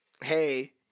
hey